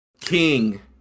King